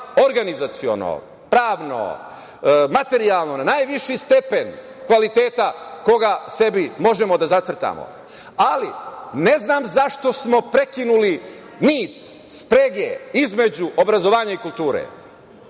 organizaciono, pravno, materijalno na najviši stepen kvaliteta koga sebi možemo da zacrtamo, ali ne znam zašto smo prekinuli nit sprege između obrazovanja i kulture.